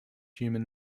human